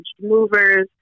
movers